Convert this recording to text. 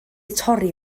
torri